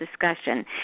discussion